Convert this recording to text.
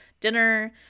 dinner